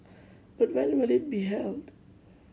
but when will it be held